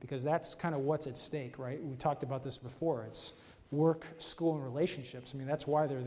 because that's kind of what's at stake right we talked about this before it's work school relationships and that's why they're